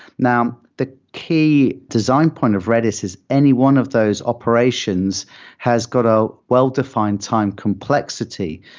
now, the key design point of redis is anyone of those operations has got a well-defined time complexity.